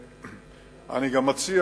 אני גם מציע